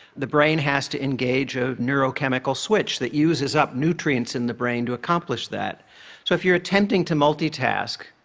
the brain has to engage a neurochemical switch that uses up nutrients in the brain to accomplish that. so if you're attempting to multitask,